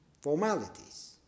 formalities